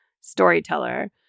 storyteller